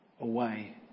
away